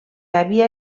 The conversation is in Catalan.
havia